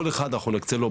כל אחד אנחנו נקצה לו,